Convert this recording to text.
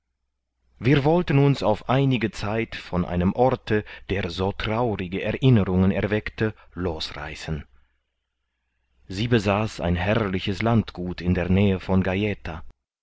wir wollten uns auf einige zeit von einem orte der so traurige erinnerungen erweckte losreißen sie besaß ein herrliches landgut in der nähe von gaeta